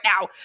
now